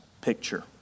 picture